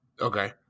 Okay